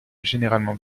généralement